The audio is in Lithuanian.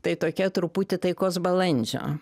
tai tokia truputį taikos balandžio